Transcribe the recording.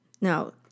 Now